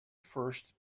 first